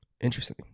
Interesting